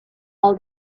all